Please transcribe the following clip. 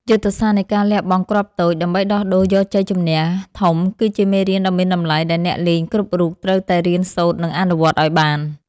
យុទ្ធសាស្ត្រនៃការលះបង់គ្រាប់តូច ដើម្បីដោះដូរយកជ័យជម្នះធំគឺជាមេរៀនដ៏មានតម្លៃដែលអ្នកលេងគ្រប់រូបត្រូវតែរៀនសូត្រនិងអនុវត្តឱ្យបាន។